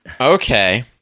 Okay